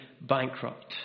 bankrupt